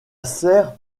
serre